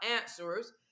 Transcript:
answers